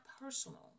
personal